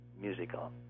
musical